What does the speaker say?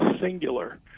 singular